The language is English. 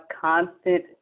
constant